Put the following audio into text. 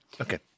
Okay